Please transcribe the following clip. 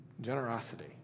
generosity